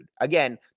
Again